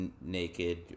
naked